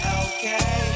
okay